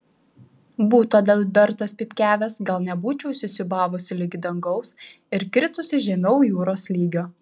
būtų adalbertas pypkiavęs gal nebūčiau įsisiūbavusi ligi dangaus ir kritusi žemiau jūros lygio